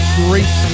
great